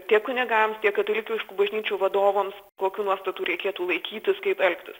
tiek kunigams tiek katalikiškų bažnyčių vadovams kokių nuostatų reikėtų laikytis kaip elgtis